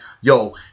yo